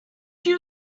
you